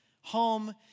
home